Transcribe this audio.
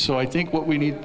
so i think what we need